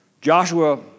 Joshua